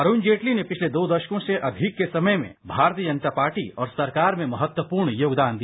अरुण जेटली ने पिछले दो दराकों से अधिक के समय में भारतीय जनता पार्टी और सरकार में महत्वपूर्ण योगदान दिया